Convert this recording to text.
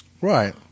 Right